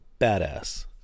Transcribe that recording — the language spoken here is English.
badass